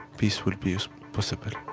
peace will be possible